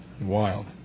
wild